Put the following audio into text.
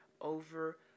over